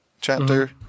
chapter